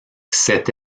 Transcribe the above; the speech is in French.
cette